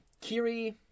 Kiri